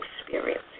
experience